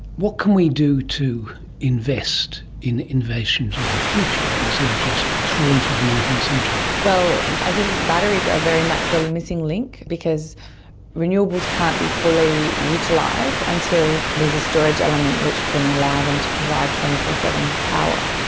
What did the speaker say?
what can we do to invest in innovations of the future instead of just trawling through the nineteenth century? well, i think batteries are very much the limiting link because renewables can't be fully utilised until there is a storage element which can allow them to provide two four zero seven power.